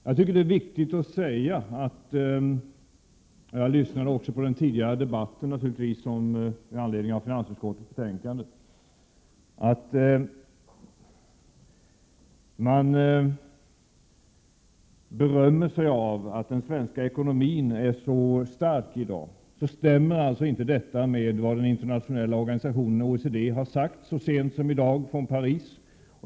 Jag lyssnade naturligtvis också på den tidigare debatten med anledning av finansutskottets betänkande. När man berömmer sig av att den svenska ekonomin är så stark i dag, så stämmer alltså inte detta med vad den internationella organisationen OECD har sagt så sent som i dag från Paris.